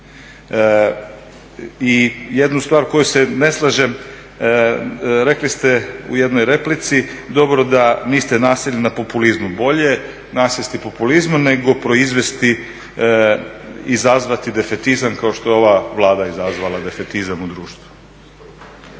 I jednu stvar koju se ne slažem, rekli ste u jednoj replici dobro da niste nasjeli populizmu. Bolje nasjesti populizmu nego proizvesti, izazvati defetizam kao što je ova Vlada izazvala defetizam u društvu.